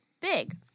big